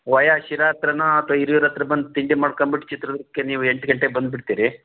via Sira ಹತ್ತಿರಾನೋ ಅಥವಾ ಹಿರಿಯೂರು ಹತ್ತಿರ ಬಂದು ತಿಂಡಿ ಮಾಡ್ಕೊಂಬಿಟ್ಟು ಚಿತ್ರದುರ್ಗಕ್ಕೆ ನೀವು ಎಂಟು ಗಂಟೆಗೆ ಬಂದುಬಿಡ್ತೀರಿ